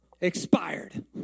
Expired